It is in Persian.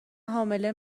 حامله